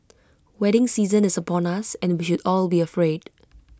wedding season is upon us and we should all be afraid